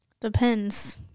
depends